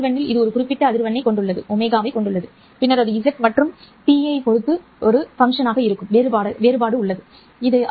அதிர்வெண்ணில் இது ஒரு குறிப்பிட்ட அதிர்வெண்ணைக் ω கொண்டுள்ளது பின்னர் அது z மற்றும் நேரம் t இன் செயல்பாடாக இருக்கும் சரி